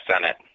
Senate